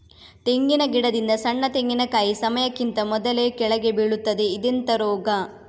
ತೆಂಗಿನ ಗಿಡದಿಂದ ಸಣ್ಣ ತೆಂಗಿನಕಾಯಿ ಸಮಯಕ್ಕಿಂತ ಮೊದಲೇ ಕೆಳಗೆ ಬೀಳುತ್ತದೆ ಇದೆಂತ ರೋಗ?